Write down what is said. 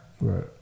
Right